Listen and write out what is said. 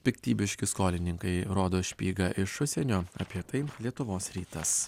piktybiški skolininkai rodo špygą iš užsienio apie tai lietuvos rytas